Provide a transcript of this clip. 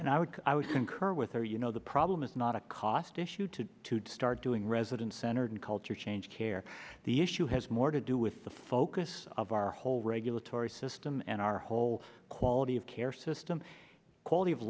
and i would i would concur with her you know the problem is not a cost issue to start doing resident centered culture change care the issue has more to do with the focus of our whole regulatory system and our whole quality of care system quality of